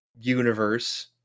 universe